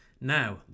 Now